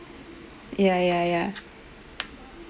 ya ya ya